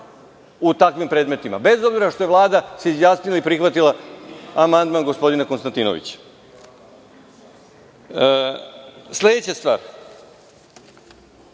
u takvim predmetima, bez obzira što je Vlada se izjasnila i prihvatila amandman gospodina Konstantinovića. Sledeća stvar.